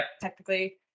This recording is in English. technically